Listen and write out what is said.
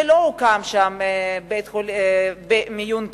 ולא הוקם שם חדר מיון קדמי.